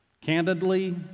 Candidly